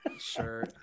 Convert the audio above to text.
sure